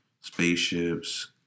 spaceships